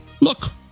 Look